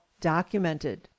documented